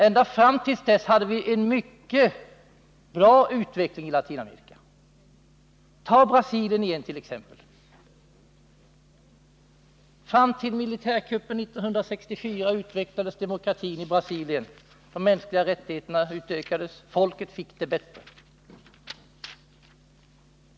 Ända fram till dess pågick en mycket bra utveckling i Latinamerika. Ta Brasilien som exempel! Fram till militärkuppen 1964 utvecklades demokratin i Brasilien, de mänskliga rättigheterna utökades och folket fick det bättre.